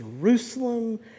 Jerusalem